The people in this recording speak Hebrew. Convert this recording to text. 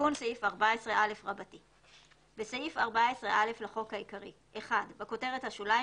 תיקון סעיף 14א3. בסעיף 14א לחוק העיקרי - (1)בכותרת השוליים,